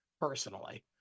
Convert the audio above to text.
Personally